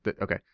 Okay